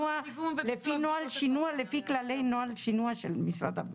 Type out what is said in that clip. לפי כללי נוהל שינוע של משרד הבריאות.